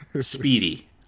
speedy